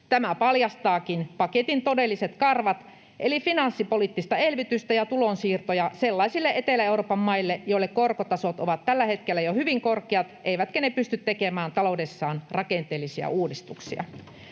Tämä paljastaakin paketin todelliset karvat eli finanssipoliittista elvytystä ja tulonsiirtoja sellaisille Etelä-Euroopan maille, joille korkotasot ovat tällä hetkellä jo hyvin korkeat ja jotka eivät pysty tekemään taloudessaan rakenteellisia uudistuksia.